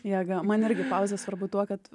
jėga man irgi pauzė svarbu tuo kad